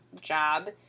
job